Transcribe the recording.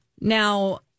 Now